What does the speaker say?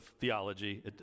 theology